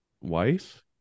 wife